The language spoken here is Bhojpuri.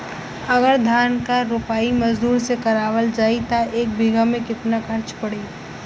अगर धान क रोपाई मजदूर से करावल जाई त एक बिघा में कितना खर्च पड़ी?